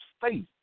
faith